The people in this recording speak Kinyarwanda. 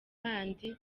bandi